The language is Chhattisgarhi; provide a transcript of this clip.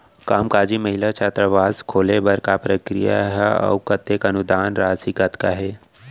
कामकाजी महिला छात्रावास खोले बर का प्रक्रिया ह अऊ कतेक अनुदान राशि कतका हे?